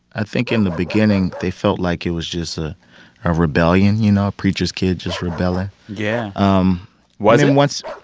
i think, in the beginning, they felt like it was just ah a rebellion, you know? a preacher's kid just rebelling yeah um i mean, once.